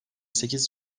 sekiz